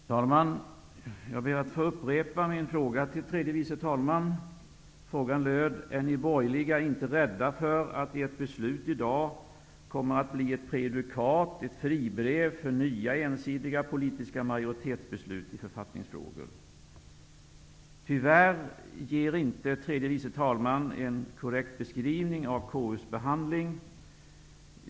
Herr talman! Jag ber att få upprepa min fråga till tredje vice talman. Frågan löd: Är ni borgerliga inte rädda för att ert beslut i dag kommer att bli ett prejudikat, ett fribrev, för nya ensidiga politiska majoritetsbeslut i författningsfrågor? Tyvärr ger inte tredje vice talman en korrekt beskrivning av KU:s behandling.